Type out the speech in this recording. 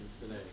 today